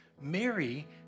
Mary